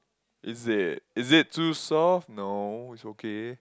is it is it too soft no it's okay